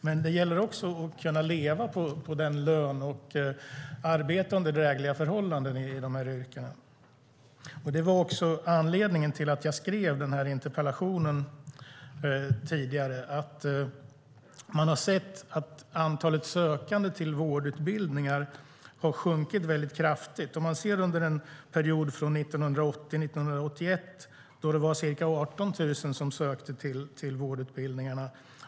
Men det gäller att kunna leva på sin lön och kunna arbeta under drägliga förhållanden i dessa yrken. Anledningen till att jag skrev interpellationen var att man sett att antalet sökande till vårdutbildningarna sjunkit kraftigt. Läsåret 1980/81 sökte ca 18 000 till vårdutbildningarna.